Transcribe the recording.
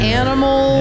animals